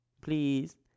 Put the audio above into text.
Please